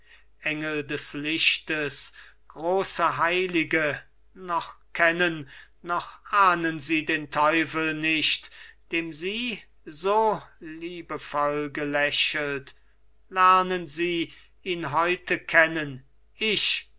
engel des lichtes große heilige noch kennen noch ahnden sie den teufel nicht dem sie so liebevoll gelächelt lernen sie ihn heute kennen ich